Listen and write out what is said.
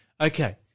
okay